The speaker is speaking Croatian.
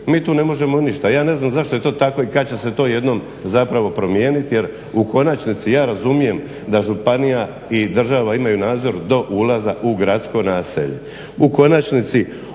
Mi tu ne možemo ništa, ja ne znam zašto je to tako i kad će se to jednom zapravo promijeniti jer u konačnici ja razumijem da županija i država imaju nadzor do ulaza u gradsko naselje. U konačnici